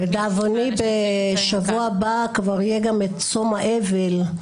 לדאבוני, בשבוע הבא כבר יהיה גם את צום האבל.